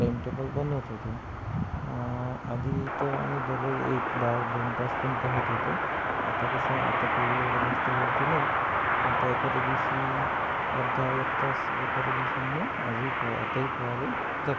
timetable बनवत होतो आधी तो आम्ही दररोज एक तास दोन तास पण पोहत होतो आता कसं आहे आता काही एवढा जास्त वेळ तर नाही आता एखाद्या दिवसी अर्धा एक तास एखाद्या दिवशी आम्ही आजही पोहा आताही पोहायला जातो